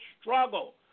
struggle